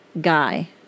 Guy